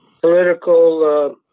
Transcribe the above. political